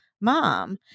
mom